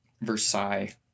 Versailles